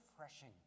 refreshing